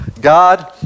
God